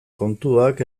kontuak